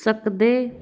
ਸਕਦੇ